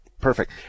perfect